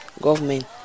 government